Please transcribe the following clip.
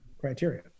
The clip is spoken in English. Criteria